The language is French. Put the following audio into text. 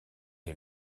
est